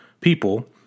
People